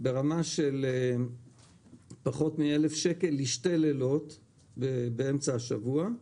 ברמה של פחות מ-1,000 שקל לשני לילות באמצע השבוע,